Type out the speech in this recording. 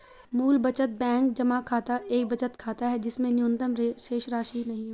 मूल बचत बैंक जमा खाता एक बचत खाता है जिसमें न्यूनतम शेषराशि नहीं होती है